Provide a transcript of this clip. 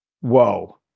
Whoa